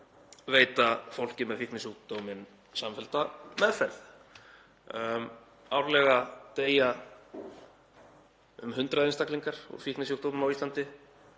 veita fólki með fíknisjúkdóm samfellda meðferð. Árlega deyja um 100 einstaklingar úr fíknisjúkdómi á Íslandi.